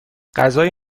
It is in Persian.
غذای